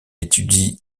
étudie